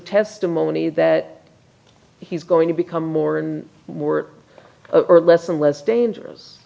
testimony that he's going to become more and more or less and less dangerous